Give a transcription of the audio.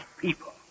people